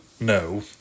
No